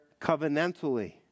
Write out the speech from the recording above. covenantally